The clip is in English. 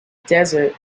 desert